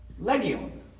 Legion